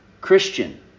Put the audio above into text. Christian